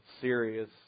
serious